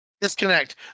Disconnect